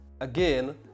Again